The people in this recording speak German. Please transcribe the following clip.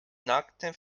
nacktem